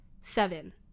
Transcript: seven